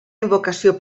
invocació